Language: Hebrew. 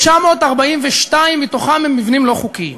942 הם מבנים לא חוקיים,